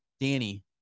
Danny